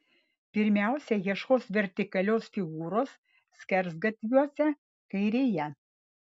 pirmiausia ieškos vertikalios figūros skersgatviuose kairėje